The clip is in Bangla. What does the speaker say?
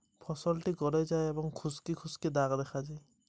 ধসা রোগের উপসর্গগুলি কি কি?